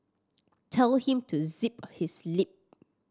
tell him to zip his lip